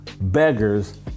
Beggars